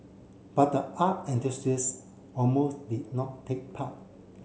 but the art enthusiast almost did not take part